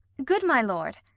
good my lord